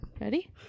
Ready